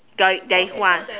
the there is one